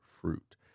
fruit